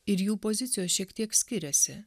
ir jų pozicijos šiek tiek skiriasi